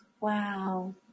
Wow